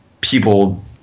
people